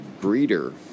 breeder